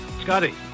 Scotty